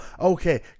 okay